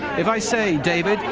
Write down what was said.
if i say, david,